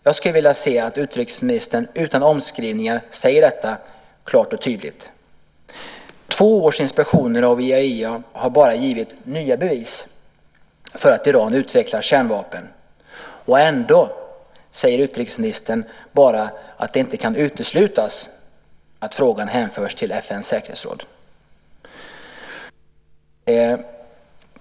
Jag skulle vilja höra utrikesministern utan omskrivningar säga detta klart och tydligt. Två års inspektioner av IAEA har bara givit nya bevis för att Iran utvecklar kärnvapen. Ändå säger utrikesministern bara att det inte kan uteslutas att frågan hänförs till FN:s säkerhetsråd.